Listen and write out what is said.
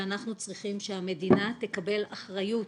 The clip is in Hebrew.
שאנחנו צריכים שהמדינה תקבל אחריות